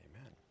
Amen